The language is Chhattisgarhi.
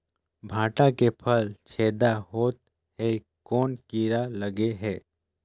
भांटा के फल छेदा होत हे कौन कीरा लगे हे?